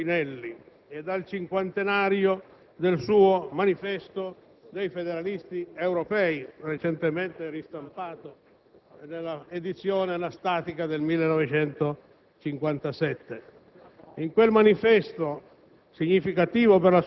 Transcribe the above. al centenario della nascita di Altiero Spinelli e al cinquantenario del suo Manifesto dei Federalisti europei (recentemente ristampato nell'edizione anastatica del 1957).